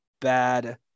bad